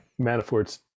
Manafort's